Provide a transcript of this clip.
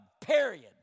period